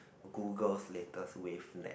Google'a latest Wave net